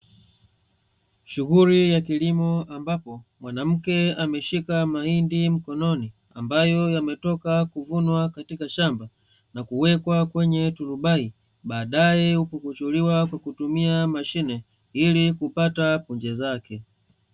Shughuli ya kilimo ambapo mwanamke ameshika mahindi mkononi, ambayo yametoka kuvunwa katika shamba na kuwekwa kwenye turubai, baadae hupukuchuliwa kwa kutumia mashine ili kupata punje zake.